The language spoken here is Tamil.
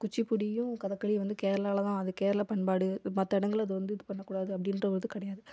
குச்சிப்புடியும் கதகளியும் வந்து கேரளாவில் தான் அது கேரள பண்பாடு மற்ற இடங்களில் அது வந்து இது பண்ணக் கூடாது அப்படின்ற ஒரு இது கிடையாது